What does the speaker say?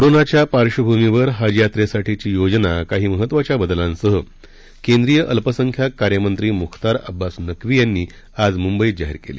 कोरोनाच्या पार्श्वभूमीवर हज यात्रेसाठीची योजना काही महत्वाच्या बदलांसह केंद्रीय अल्पसंख्याक कार्यमंत्री मुख्तार अब्बास नक्वी यांनी आज मुंबईतजाहीर केली